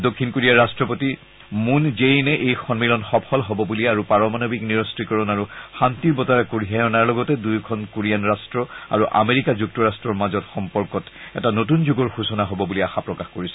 দক্ষিণ কোৰিয়াৰ ৰাট্টপতি মুন জেই ইনে এই সম্মিলন সফল হব বুলি আৰু পাৰমাণৱিক নিৰঞ্জীকৰণ আৰু শান্তিৰ বতৰা কঢ়িয়াই অনাৰ লগতে দুয়োখন কোৰিয়ান ৰাষ্ট্ৰ আৰু আমেৰিকা যুক্তৰাষ্ট্ৰ মাজত সম্পৰ্কত এটা নতুন যুগৰ সুচনা হ'ব বুলি আশা প্ৰকাশ কৰিছে